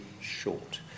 short